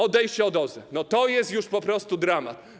Odejście od OZE - to jest już po prostu dramat.